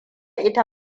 ita